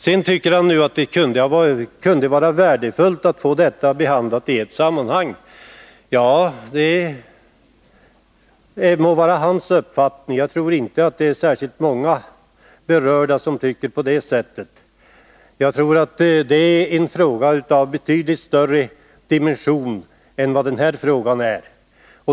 Sedan tycker han att det kunde vara värdefullt att få detta behandlat i ett sammanhang. Ja, det må vara hans uppfattning. Jag tror inte att det är särskilt många berörda som tycker på det sättet. Jag tror att det finns en fråga som är av betydligt större dimension än den här frågan.